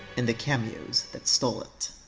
and the cameos that stole it.